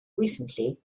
recently